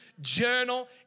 Journal